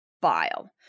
bile